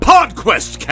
PodQuest